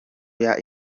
yacu